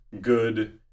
good